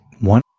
One